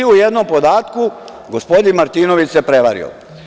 U jednom podatku gospodin Martinović se prevario.